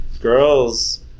Girls